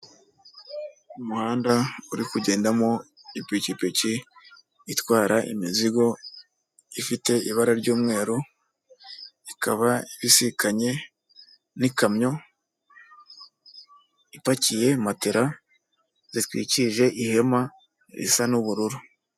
Umuhanda uri kugendamo ipikipiki itwara imizigo ifite ibara ry'umweru, ikaba ibisikanye n'ikamyo, ipakiye matera zitwikije ihema risa n'ubururu.